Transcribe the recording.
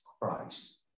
Christ